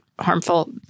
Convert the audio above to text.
harmful